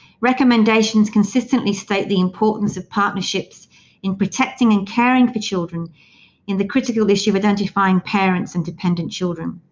recommendations consistently state the importance of partnerships in protecting and caring for children in the critical issue identifying parents and dependent children.